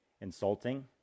insulting